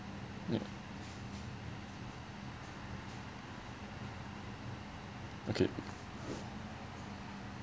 okay